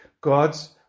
God's